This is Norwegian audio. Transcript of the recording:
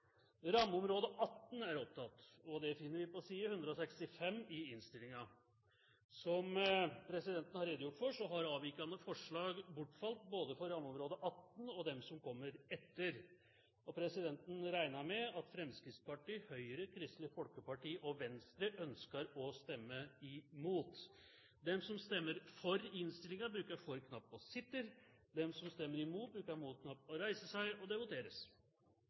rammeområde 18. Som presidenten har redegjort for, bortfaller avvikende forslag, både for rammeområde 18 og dem som kommer etter. Presidenten regner med at Fremskrittspartiet, Høyre, Kristelig Folkeparti og Venstre ønsker å stemme imot innstillingen. Presidenten regner med at Fremskrittspartiet, Høyre, Kristelig Folkeparti og Venstre ønsker å stemme imot. Da har vi kommet til rammeområde 22, og det